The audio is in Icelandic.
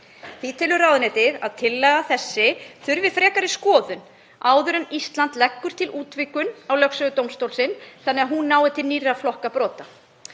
Því telur ráðuneytið að tillaga þessi þurfi frekari skoðun áður en Ísland leggur til útvíkkun á lögsögu dómstólsins þannig að hún nái til nýrra flokka brota.